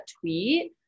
tweet